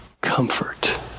comfort